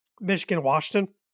Michigan-Washington